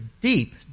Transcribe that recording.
deep